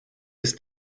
ist